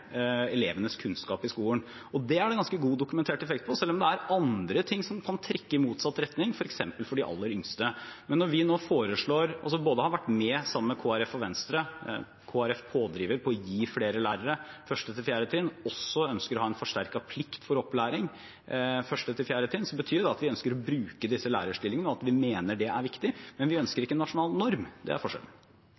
elevenes kunnskap i skolen, og det er det ganske god og dokumentert effekt av, selv om andre ting kan trekke i motsatt retning, f.eks. for de aller yngste. Men når vi nå både foreslår og har vært med på, sammen med Kristelig Folkeparti og Venstre – Kristelig Folkeparti er pådriver – å gi flere lærere på 1.–4. trinn, og også ønsker å ha en forsterket plikt til opplæring på 1.–4. trinn, betyr det at vi ønsker å bruke disse lærerstillingene, og at vi mener det er viktig. Men vi ønsker